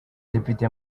depite